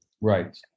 Right